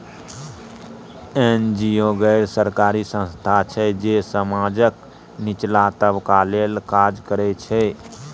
NGO गैर सरकारी संस्था छै जे समाजक निचला तबका लेल काज करय छै